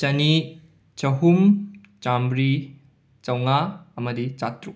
ꯆꯅꯤ ꯆꯥꯍꯨꯝ ꯆꯥꯝꯔꯤ ꯆꯧꯉꯥ ꯑꯃꯗꯤ ꯆꯥꯇ꯭ꯔꯨꯛ